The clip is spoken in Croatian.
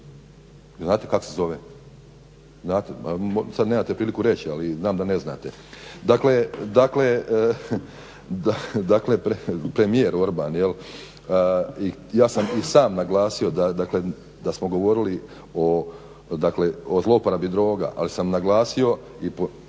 znate kako se zove? Znate, sad nemate priliku reći ali znam da ne znate. Dakle, premijer Orban i ja sam i sam naglasio da smo govorili o zlouporabi droga ali sam naglasio i